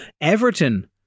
Everton